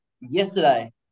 yesterday